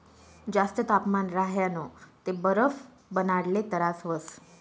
जास्त तापमान राह्यनं ते बरफ बनाडाले तरास व्हस